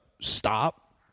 stop